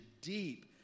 deep